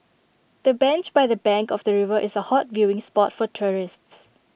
the bench by the bank of the river is A hot viewing spot for tourists